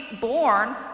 born